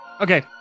Okay